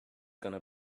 gonna